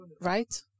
right